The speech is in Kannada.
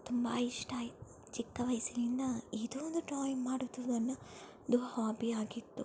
ತುಂಬ ಇಷ್ಟ ಚಿಕ್ಕ ವಯಸ್ಸಿನಿಂದ ಇದು ಒಂದು ಡ್ರಾಯಿಂಗ್ ಮಾಡುವುದು ನನ್ನ ಒಂದು ಹಾಬಿಯಾಗಿತ್ತು